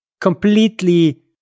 completely